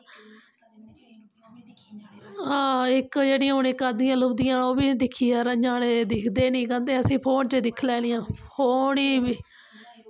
हां इक जेह्ड़ी इक अद्धी जेह्ड़ियां लभदियां ओह् बी दिक्खियै ञ्याने दिखदे गै नेईं ओह् आखदे असें फोन च गै दिक्खी लैनियां ओह् उ'नेंगी बी